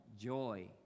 joy